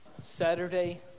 Saturday